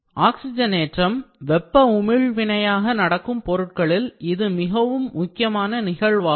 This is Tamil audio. ஆக்சிஜனேற்றம் வெப்ப உமிழ் வினையாக நடக்கும் பொருட்களில் இது மிக முக்கியமான நிகழ்வாகும்